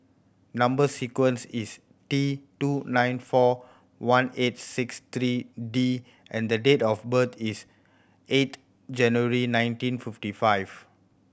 number sequence is T two nine four one eight six three D and the date of birth is eight January nineteen fifty five